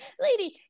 lady